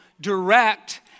direct